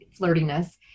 flirtiness